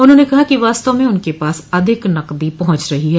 उन्होंने कहा कि वास्तव में उनके पास अधिक नकदी पहुंच रही है